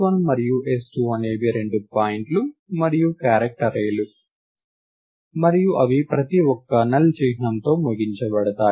s1 మరియు s2 అనేవి రెండు పాయింట్లు మరియు క్యారెక్టర్ అర్రే లు మరియు అవి ప్రతి ఒక్కటి 'నల్' చిహ్నంతో ముగించబడతాయి